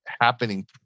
happening